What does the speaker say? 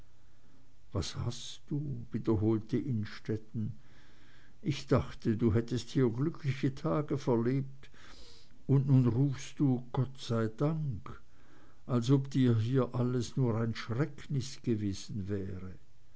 was hast du wiederholte innstetten ich dachte du hättest hier glückliche tage verlebt und nun rufst du gott sei dank als ob dir hier alles nur ein schrecknis gewesen wäre